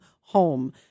home